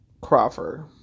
Crawford